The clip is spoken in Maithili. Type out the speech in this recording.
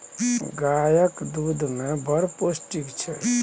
गाएक दुध मे बड़ पौष्टिक छै